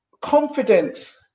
confidence